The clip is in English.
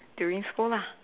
during school lah